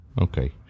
okay